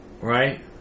Right